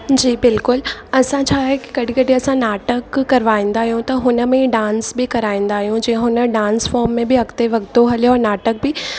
जी बिल्कुलु असां छा आहे कि कॾहिं कॾहिं असां नाटक करवाईंदा आहियूं त हुन में डांस बि कराईंदा आहियूं जे हुन डांस फॉर्म में बि अॻिते वधंदो हले और नाटक बि